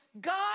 God